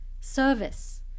service